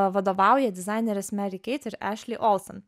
vadovauja dizainerės meri keit ir ešli olsen